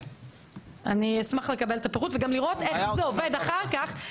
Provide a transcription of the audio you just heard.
אני אשמח לקבל את הפירוט וגם לראות איך זה עובד אחר כך.